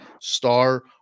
Star